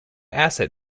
asset